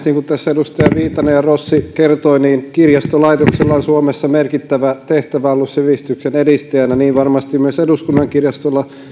niin kuin tässä edustajat viitanen ja rossi kertoivat kirjastolaitoksella on suomessa merkittävä tehtävä ollut sivistyksen edistäjänä ja niin varmasti myös eduskunnan kirjastolla